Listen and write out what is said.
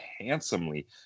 handsomely